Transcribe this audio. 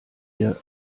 wir